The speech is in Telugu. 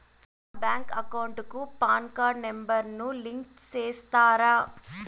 నా బ్యాంకు అకౌంట్ కు పాన్ కార్డు నెంబర్ ను లింకు సేస్తారా?